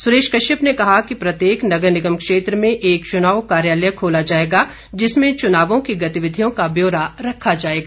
सुरेश कश्यप ने कहा कि प्रत्येक नगर निगम क्षेत्र में एक चुनाव कार्यालय खोला जाएगा जिसमें चुनावों की गतिविधियों को ब्योरा रखा जाएगा